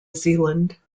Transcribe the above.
zealand